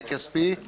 אני